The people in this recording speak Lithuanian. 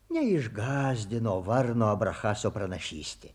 neišgąsdino varno abrachaso pranašystė